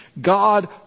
God